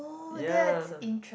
yea